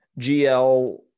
GL